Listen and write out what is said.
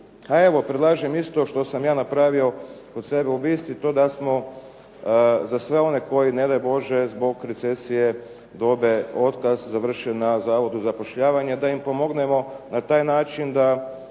A evo, predlažem isto što sam ja napravio kod sebe u Bistri to da smo za sve one koji ne daj Bože zbog recesije dobiju otkaz završe na zavodu za zapošljavanje da im pomognemo na taj način da